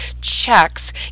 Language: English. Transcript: checks